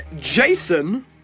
Jason